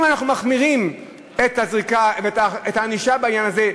אם אנחנו מחמירים את הענישה בעניין הזה,